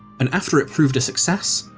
and after it proved a success,